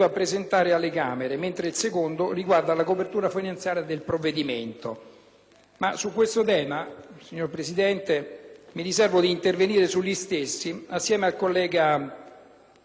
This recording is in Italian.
su questo tema, signor Presidente, mi riservo di intervenire, insieme al collega Caforio, nella sede specifica dell'illustrazione degli ordini del giorno.